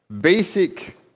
basic